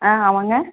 ஆ ஆமாம்ங்க